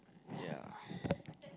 ya